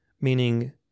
meaning